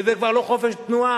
וזה כבר לא חופש תנועה.